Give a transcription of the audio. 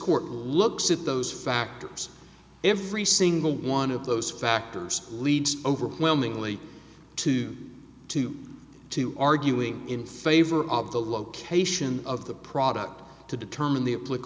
court looks at those factors every single one of those factors leads overwhelmingly to two to arguing in favor of the location of the product to determine the